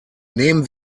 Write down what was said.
nehmen